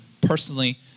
personally